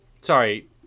Sorry